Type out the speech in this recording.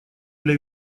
для